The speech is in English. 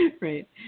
Right